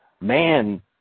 man